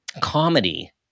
comedy –